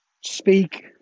speak